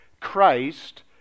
Christ